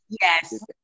yes